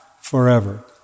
forever